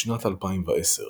בשנת 2010,